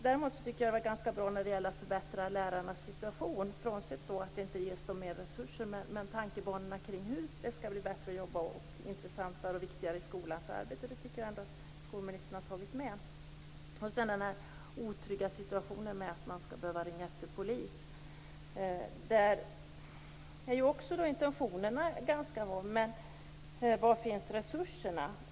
Däremot tycker jag att det som sades om att förbättra lärarnas situation var bra, frånsett att de inte ges mer resurser. Tankebanorna kring hur det skall bli bättre att jobba och intressantare och viktigare i skolans arbete tycker jag ändå att skolministern har fått med. Sedan gäller det den otrygga situationen och att man skall behöva ringa efter polis. Också där är intentionerna ganska bra. Men var finns resurserna?